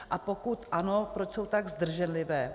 A pokud ano, proč jsou tak zdrženlivé?